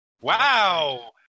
Wow